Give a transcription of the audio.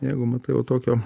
jeigu matai va tokio